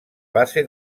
base